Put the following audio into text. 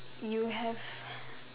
you have